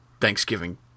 Thanksgiving